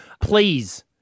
Please